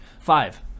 five